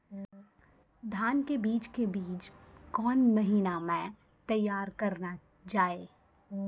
धान के बीज के बीच कौन महीना मैं तैयार करना जाए?